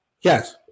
Yes